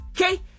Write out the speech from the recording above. Okay